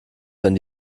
wenn